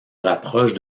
rapproche